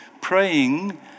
praying